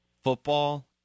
football